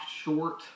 short